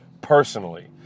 personally